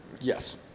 Yes